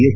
S